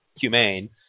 humane